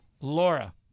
Laura